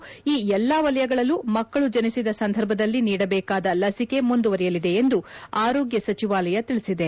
ಕ್ಕಿ ಎಲ್ಲಾ ವಲಯಗಳಲ್ಲೂ ಮಕ್ಕಳು ಜನಿಸಿದ ಸಂದರ್ಭದಲ್ಲಿ ನೀಡಬೇಕಾದ ಲಸಿಕೆ ಮುಂದುವರೆಯಲಿದೆ ಎಂದು ಆರೋಗ್ನ ಸಚಿವಾಲಯ ತಿಳಿಸಿದೆ